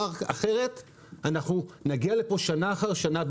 אחרת נגיע לפה שנה אחר שנה.